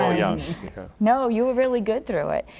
ah you know you were really good through it.